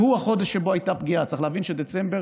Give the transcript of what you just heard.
שהוא החודש שבו הייתה פגיעה, צריך להבין שבדצמבר,